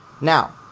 Now